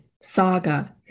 saga